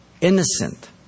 innocent